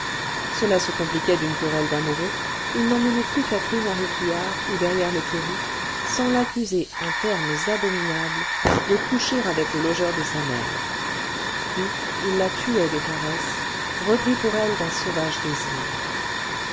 cela se compliquait d'une querelle d'amoureux il n'emmenait plus catherine à réquillart ou derrière le terri sans l'accuser en termes abominables de coucher avec le logeur de sa mère puis il la tuait de caresses repris pour elle d'un sauvage désir